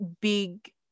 big